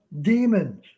demons